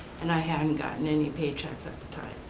and i hadn't gotten any paychecks at the time.